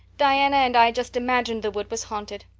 diana and i just imagined the wood was haunted.